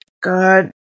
God